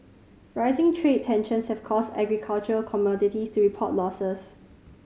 rising trade tensions have caused agricultural commodities to report losses